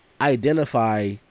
identify